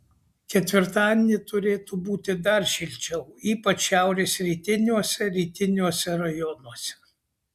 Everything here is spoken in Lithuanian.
ketvirtadienį turėtų būti dar šilčiau ypač šiaurės rytiniuose rytiniuose rajonuose